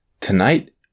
Tonight